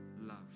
love